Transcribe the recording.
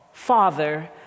Father